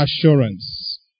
assurance